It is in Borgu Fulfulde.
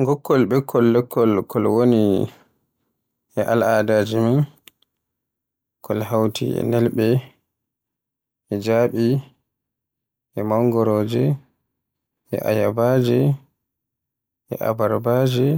Ngokkol ɓikkol lekkol kol woni e al'adaaji men, kol hawti e nelɓe, e jaɓi, e mangoroje, e ayabaaje, e abarbaaji,